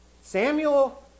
Samuel